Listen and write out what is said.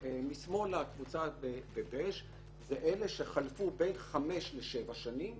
משמאל לקבוצה בבז' זה אלה שחלפו 7-5 שנים